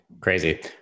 Crazy